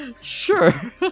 Sure